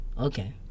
Okay